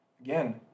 Again